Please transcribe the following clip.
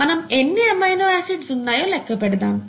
మనం ఎన్ని amino acids ఉన్నాయో లెక్కపెడదాం